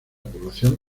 población